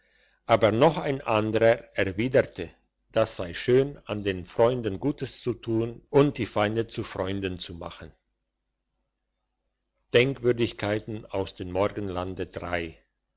aber noch ein anderer erwiderte das sei schön an den freunden gutes zu tun und die feinde zu freunden zu machen